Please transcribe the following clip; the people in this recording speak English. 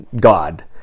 God